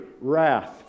wrath